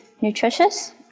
nutritious